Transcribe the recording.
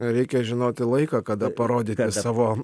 reikia žinoti laiką kada parodyti savo